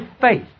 faith